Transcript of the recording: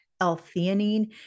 L-theanine